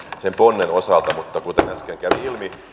sen ponnen osalta mutta kuten äsken kävi ilmi